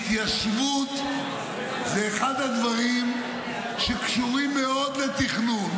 התיישבות זה אחד הדברים שקשורים מאוד לתכנון,